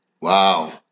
Wow